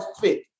fit